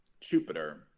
Jupiter